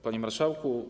Panie Marszałku!